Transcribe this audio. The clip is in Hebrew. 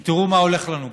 כי תראו מה הולך לנו פה?